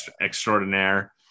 extraordinaire